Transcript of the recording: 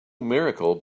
miracle